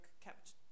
kept